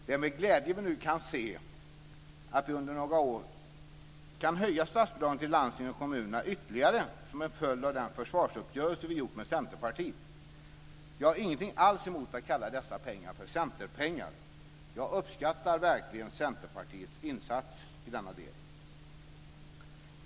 Det är med glädje vi nu kan se att vi under några år kan höja statsbidragen till landstingen och kommunerna ytterligare som en följd av den försvarsuppgörelse vi gjort med Centerpartiet. Jag har ingenting alls emot att kalla dessa pengar för Centerpengar. Jag uppskattar verkligen Centerpartiets insats i denna del.